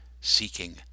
seeking